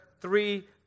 three